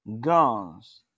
guns